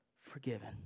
forgiven